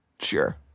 sure